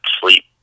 sleep